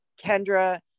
Kendra